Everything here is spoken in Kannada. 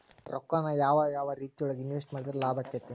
ರೊಕ್ಕಾನ ಯಾವ ಯಾವ ರೇತಿಯೊಳಗ ಇನ್ವೆಸ್ಟ್ ಮಾಡಿದ್ರ ಲಾಭಾಕ್ಕೆತಿ?